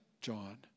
John